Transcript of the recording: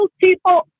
people